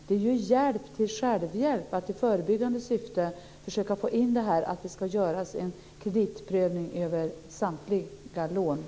Det är ju hjälp till självhjälp att i ett förebyggande syfte försöka få in att det ska göras en kreditprövning vid samtliga låneansökningar.